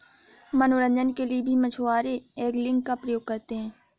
मनोरंजन के लिए भी मछुआरे एंगलिंग का प्रयोग करते हैं